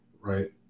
Right